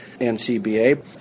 ncba